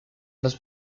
los